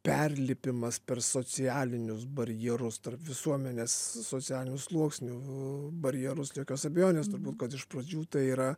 perlipimas per socialinius barjerus tarp visuomenės socialinių sluoksnių barjerus jokios abejonės turbūt kad iš pradžių tai yra